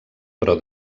però